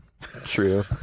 True